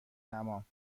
تمام